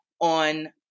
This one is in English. on